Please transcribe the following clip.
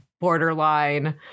borderline